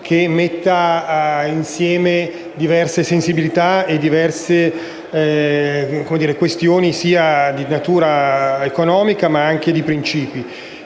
da mettere insieme diverse sensibilità e questioni sia di natura economica, che di principio.